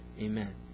Amen